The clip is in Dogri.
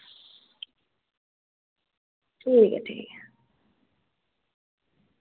ठीक ऐ ठीक ऐ